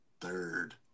third